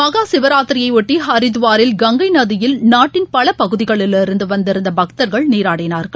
மகாசிவாராத்திரியை ஒட்டி ஹரித்துவாரில் கங்கை நதியில் நாட்டின் பல பகுதிகளிலிருந்து வந்திருந்த பக்தர்கள் நீராடனார்கள்